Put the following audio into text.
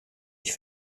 ich